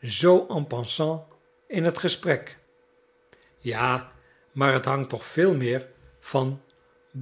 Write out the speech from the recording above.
zoo en passant in het gesprek ja maar het hangt toch veel meer van